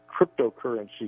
cryptocurrency